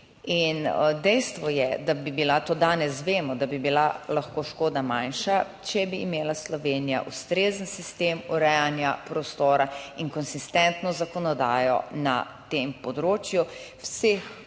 In dejstvo je, da bi bila, to danes vemo, da bi bila lahko škoda manjša, če bi imela Slovenija ustrezen sistem urejanja prostora in konsistentno zakonodajo na tem področju v vseh